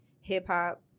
hip-hop